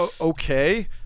okay